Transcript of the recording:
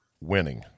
winning